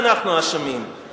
זה פרשנות שלו,